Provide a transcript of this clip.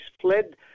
fled